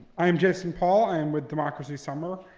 i'm jason paul. i am with democracy summer.